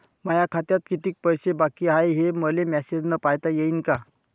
माया खात्यात कितीक पैसे बाकी हाय, हे मले मॅसेजन पायता येईन का?